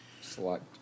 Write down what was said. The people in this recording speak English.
Select